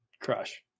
crush